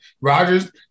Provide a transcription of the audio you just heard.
Rogers